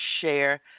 share